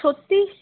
সত্যি